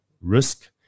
risk